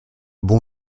bon